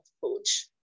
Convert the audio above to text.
coach